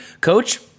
Coach